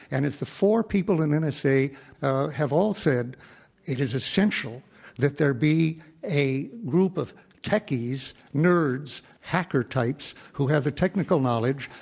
and it's the four people in in ah have all said it is essential that there be a group of technies, nerds, hacker types who have the technical knowledge,